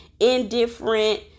indifferent